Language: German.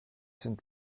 sind